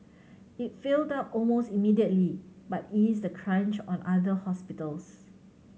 it filled up almost immediately but eased the crunch on other hospitals